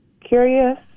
Curious